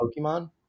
Pokemon